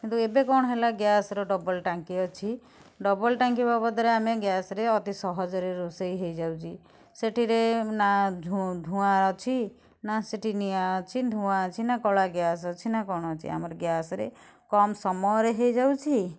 କିନ୍ତୁ ଏବେ କ'ଣ ହେଲା ଗ୍ୟାସର୍ ଡବଲ୍ ଟାଙ୍କି ଅଛି ଡବଲ୍ ଟାଙ୍କି ବାବଦରେ ଆମେ ଗ୍ୟାସ୍ରେ ଅତି ସହଜରେ ରୋଷେଇ ହୋଇଯାଉଛି ସେଠିରେ ନା ଧୁଆଁ ଅଛି ନା ସେଠି ନିଆଁ ଅଛି ଧୂଆଁ ଅଛି ନା କଳା ଗ୍ୟାସ୍ ଅଛି ନା କ'ଣ ଅଛି ଆମର ଗ୍ୟାସ୍ରେ କମ୍ ସମୟରେ ହୋଇଯାଉଛି